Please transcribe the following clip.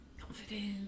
Confidence